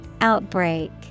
Outbreak